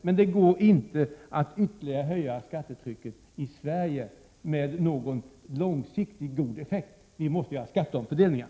Men det går inte att ytterligare höja skattetrycket i Sverige med någon långsiktigt god effekt. Vi måste göra skatteomfördelningar.